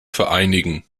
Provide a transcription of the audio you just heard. vereinigen